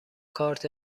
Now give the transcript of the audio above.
کارت